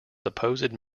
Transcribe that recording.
supposed